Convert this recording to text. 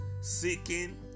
seeking